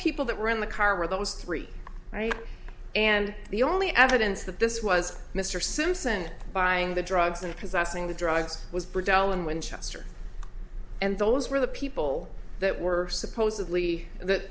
people that were in the car were those three right and the only evidence that this was mr simpson buying the drugs and possessing the drugs was pradelle in winchester and those were the people that were supposedly th